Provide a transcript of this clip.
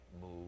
move